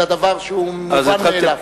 אלא דבר שהוא מובן מאליו.